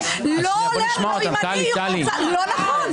לא נכון.